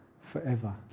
forever